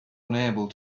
unable